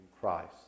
Christ